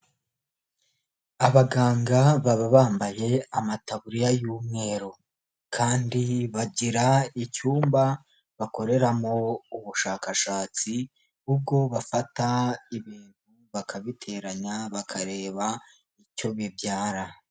Abaganga baba bambaye amataburiya y'umweru, kandi bagira icyumba bakoreramo ubushakashatsi, ubwo bafata ibintu bakabiteranya bakareba icyo bibyara.